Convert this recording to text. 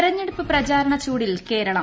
തെരഞ്ഞെടുപ്പ് പ്രചാരണച്ചൂടിൽ കേരളം